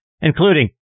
including